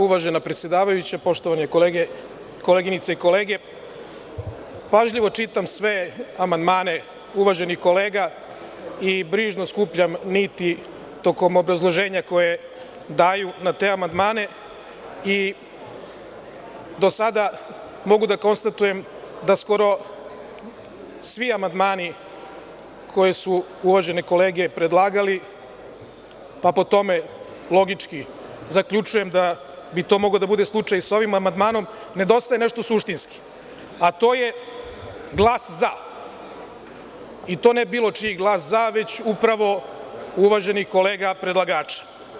Uvažena predsedavajuća, poštovane koleginice i kolege, pažljivo čitam sve amandmane uvaženih kolega i brižno skupljam niti tokom obrazloženja koje daju na te amandmane i do sada mogu da konstatujem da skoro svi amandmani koje su uvažene kolege predlagali, pa po tome logički zaključujem da bi to mogao da bude slučaj i sa ovim amandmanom, nedostaje nešto suštinski, a to je glas „za“ i to ne bilo čiji glas „za“, već upravo uvaženih kolega predlagača.